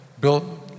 Bill